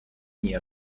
near